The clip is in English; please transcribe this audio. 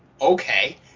okay